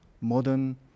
modern